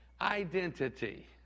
identity